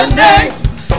name